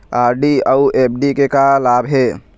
RD अऊ FD के का लाभ हे?